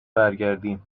برگردیم